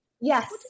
Yes